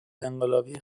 انقلابی